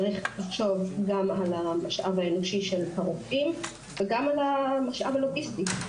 צריך לחשוב גם על המשאב האנושי של הרופאים וגם על המשאב הלוגיסטי.